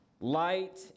light